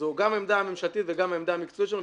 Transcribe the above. זו גם עמדה ממשלתית וגם עמדה מקצועית שלנו,